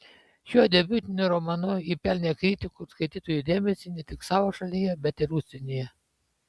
šiuo debiutiniu romanu ji pelnė kritikų ir skaitytojų dėmesį ne tik savo šalyje bet ir užsienyje